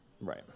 Right